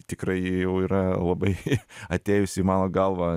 tikrai jau yra labai atėjusi į mano galvą